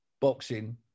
boxing